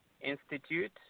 Institute